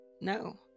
No